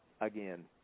again